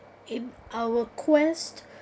in our quest